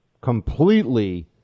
completely